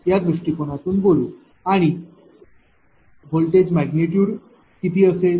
या दृष्टिकोनातून बोलू आणि व्होल्टेज मैग्निटूड किती असेल